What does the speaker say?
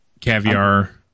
caviar